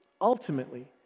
Ultimately